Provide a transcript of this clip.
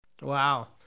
Wow